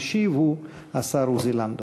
המשיב הוא השר עוזי לנדאו.